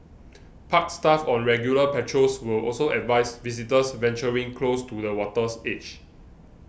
park staff on regular patrols will also advise visitors venturing close to the water's edge